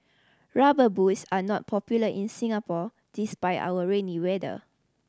Rubber Boots are not popular in Singapore despite our rainy weather